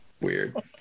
weird